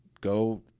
go